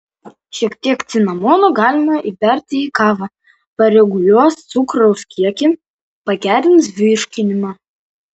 šiek tiek cinamono galima įberti į kavą pareguliuos cukraus kiekį pagerins virškinimą